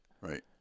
Right